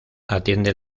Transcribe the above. atiende